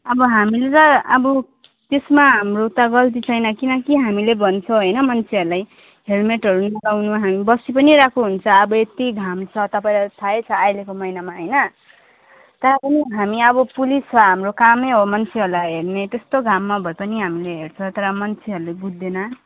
अब हामीले अब त्यसमा हाम्रो त गल्ती छैन किनकि हामीले भन्छौँ होइन मान्छेहरूलाई हेल्मेटहरू लगाउनु हामी बसी पनि रहेको हुन्छ अब यति घाम छ तपाईँलाई थाहै छ अहिलेको महिनामा होइन कहाँको नि हामी अब पुलिस हो हाम्रो कामै हो मान्छेहरूलाई हेर्ने त्यस्तो घाममा भए पनि हामीले हेर्छ तर मान्छेहरूले बुझ्दैन